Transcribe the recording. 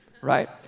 right